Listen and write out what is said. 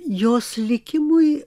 jos likimui